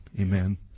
Amen